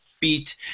beat